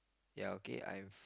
ya okay I'm